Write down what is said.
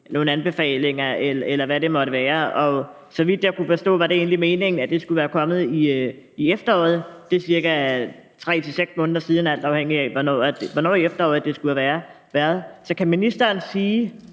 nogle anbefalinger, eller hvad det måtte være. Så vidt jeg kunne forstå, var det egentlig meningen, at de skulle være kommet i efteråret. Det er ca. 3-6 måneder siden, alt afhængigt af hvornår i efteråret det skulle have været. Så kan ministeren sige,